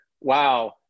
wow